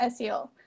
SEO